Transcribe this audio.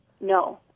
No